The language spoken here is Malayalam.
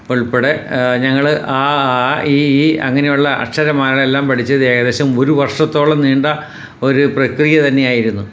ഉൾപ്പെടെ ഞങ്ങൾ അ ആ ഇ ഈ അങ്ങനെയുള്ള അക്ഷരമാലയെല്ലാം പഠിച്ചത് ഏകദേശം ഒരു വർഷത്തോളം നീണ്ട ഒരു പ്രക്രിയ തന്നെയായിരുന്നു